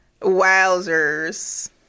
Wowzers